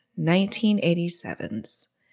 1987's